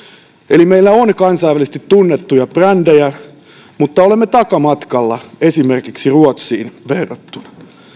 eli meillä on kansainvälisesti tunnettuja brändejä mutta olemme takamatkalla esimerkiksi ruotsiin verrattuna